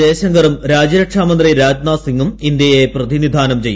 ജയശങ്കറും രാജ്യരക്ഷാമന്ത്രി രാജ്നാഥ് സിങ്ങും ഇന്ത്യയെ പ്രതിനിധാനം ചെയ്യും